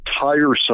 tiresome